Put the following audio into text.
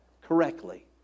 correctly